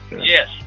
Yes